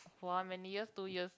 for how many years two years